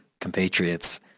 compatriots